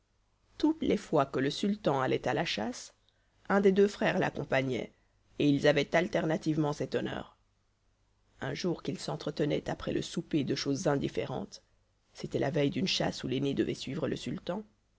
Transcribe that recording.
toutes les fois que le sultan allait à la chasse un des deux frères l'accompagnait et ils avaient alternativement cet honneur un jour qu'ils s'entretenaient après le souper de choses indifférentes c'était la veille d'une chasse où l'aîné devait suivre le sultan